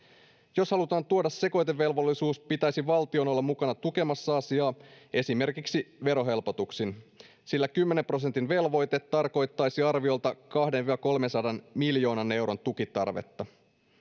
jos halutaan tuoda sekoitevelvollisuus pitäisi valtion olla mukana tukemassa asiaa esimerkiksi verohelpotuksin sillä kymmenen prosentin velvoite tarkoittaisi arviolta kahdensadan viiva kolmensadan miljoonan euron tukitarvetta